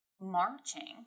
marching